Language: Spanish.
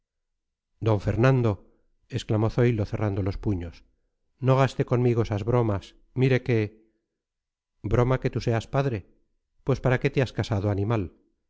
d fernando exclamó zoilo cerrando los puños no gaste conmigo esas bromas mire que broma que tú seas padre pues para qué te has casado animal